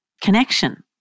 connection